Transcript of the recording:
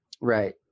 Right